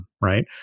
Right